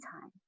time